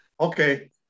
Okay